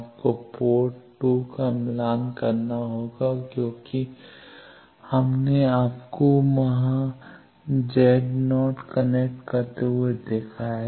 आपको पोर्ट 2 का मिलान करना होगा क्योंकि हमने आपको यहां Z0 कनेक्ट करते हुए देखा है